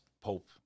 Pope